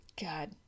God